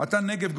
אתה נגב,